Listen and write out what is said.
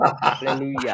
Hallelujah